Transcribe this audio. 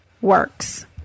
works